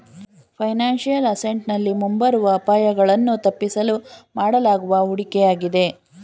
financial asset ನಲ್ಲಿ ಮುಂಬರುವ ಅಪಾಯಗಳನ್ನು ತಪ್ಪಿಸಲು ಮಾಡಲಾಗುವ ಹೂಡಿಕೆಯಾಗಿದೆ